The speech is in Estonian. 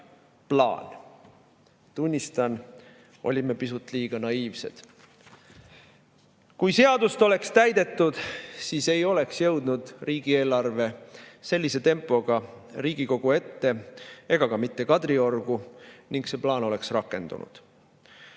plaan. Tunnistan, olime pisut liiga naiivsed. Kui seadust oleks täidetud, siis ei oleks jõudnud riigieelarve sellise tempoga Riigikogu ette ega ka mitte Kadriorgu ning see plaan oleks rakendunud.